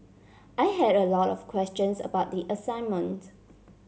I had a lot of questions about the assignment